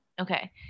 Okay